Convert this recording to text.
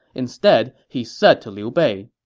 instead, he said to liu bei,